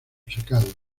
secado